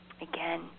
Again